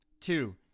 Two